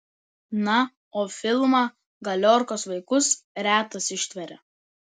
na o filmą galiorkos vaikus retas ištveria